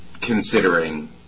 considering